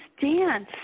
dance